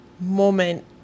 moment